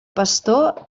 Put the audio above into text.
pastor